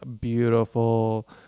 beautiful